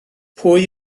pwy